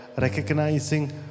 recognizing